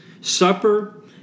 Supper